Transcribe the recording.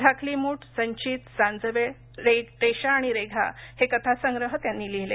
झाकलीमुठ संचीत सांजवेळ रेषा आणि रेघा हे कथासंग्रह त्यांनी लिहिले